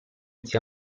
zia